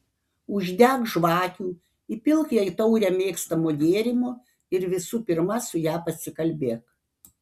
uždek žvakių įpilk jai taurę mėgstamo gėrimo ir visų pirma su ja pasikalbėk